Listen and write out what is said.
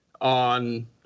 on